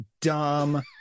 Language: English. dumb